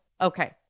Okay